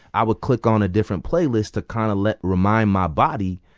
i would click on a different playlist to kind of let remind my body,